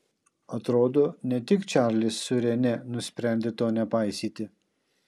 atrodo ne tik čarlis su rene nusprendė to nepaisyti